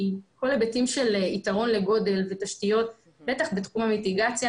כי כל ההיבטים של יתרון לגודל ותשתיות בטח בתחום המיטיגציה,